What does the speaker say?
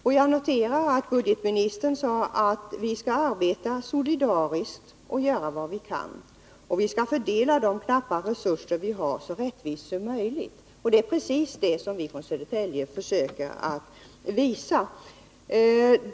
Jag noterar att budgetministern sade att vi skall arbeta solidariskt och göra vad vi kan och att vi skall fördela de knappa resurser vi har så rättvist som möjligt. Det är precis det som vi som är från Södertälje försöker visa.